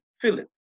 Philip